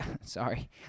sorry